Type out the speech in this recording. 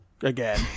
again